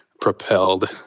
propelled